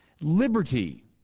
Liberty